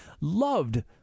loved